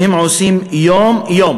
שהם עושים יום-יום,